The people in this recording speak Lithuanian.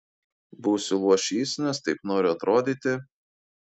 būsiu luošys nes taip noriu atrodyti